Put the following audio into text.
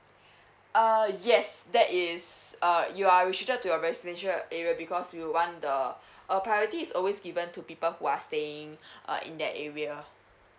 err yes that is uh you are you restricted to your residential area because we want the our priority is always given to people who are staying uh in that area